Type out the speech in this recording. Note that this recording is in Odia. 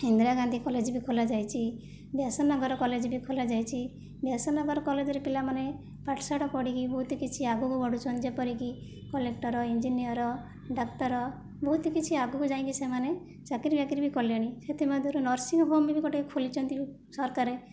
ଇନ୍ଦ୍ରାଗାନ୍ଧୀ କଲେଜ ବି ଖୋଲାଯାଇଛି ବ୍ୟାସନଗର କଲେଜ ବି ଖୋଲାଯାଇଛି ବ୍ୟାସ ନଗର କଲେଜରେ ପିଲାମାନେ ପାଠଶାଠ ପଢ଼ିକି ବହୁତ କିଛି ଆଗକୁ ବଢ଼ୁଛନ୍ତି ଯେପରିକି କଲେକ୍ଟର ଇଞ୍ଜିନିୟର୍ ଡାକ୍ତର ବହୁତ କିଛି ଆଗକୁ ଯାଇକି ସେମାନେ ଚାକିରି ବାକିରୀ ବି କଲେଣି ସେଥିମଧ୍ୟରୁ ନର୍ସିଂହୋମ ବି ଗୋଟେ ଖୋଲିଛନ୍ତି ସରକାର